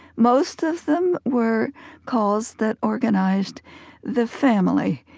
most of them were calls that organized the family.